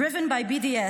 Driven by BDS,